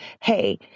hey